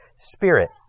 spirit